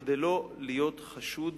כדי לא להיות חשוד